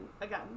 again